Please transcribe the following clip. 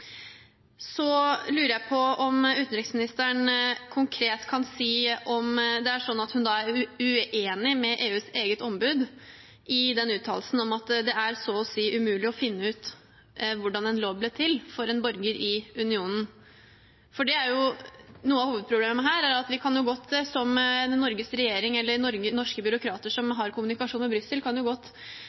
Så lurer jeg på om utenriksministeren konkret kan si om det er slik at hun er uenig med EUs eget ombud, som har uttalt at det for en borger i unionen er så å si umulig å finne ut hvordan en lov ble til. Noe av hovedproblemet her er at Norges regjering eller norske byråkrater som har kommunikasjon med Brussel, godt kan ha mulighet til å komme med noen innspill i forhandlinger eller